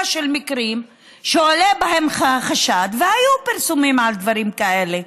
של מקרים שעולה בהם חשד והיו פרסומים על דברים כאלה,